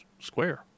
square